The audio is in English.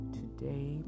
today